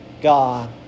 God